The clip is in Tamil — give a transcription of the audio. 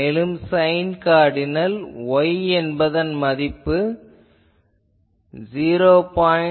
மேலும் சைன் கார்டினல் Y என்பதன் மதிப்பு 0